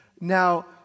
now